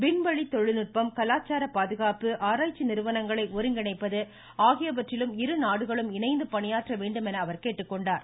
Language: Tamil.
விண்வெளி தொழில்நுட்பம் கலாச்சார பாதுகாப்பு ஆராய்ச்சி நிறுவனங்களை ஒருங்கிணைப்பது இருநாடுகளும் இணைந்து பணியாற்ற வேண்டும் என்றும் அவர் கேட்டுக்கொண்டார்